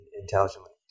intelligently